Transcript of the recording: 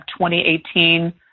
2018